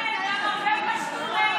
אחמד, גם הרבה פשטו רגל.